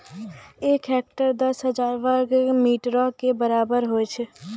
एक हेक्टेयर, दस हजार वर्ग मीटरो के बराबर होय छै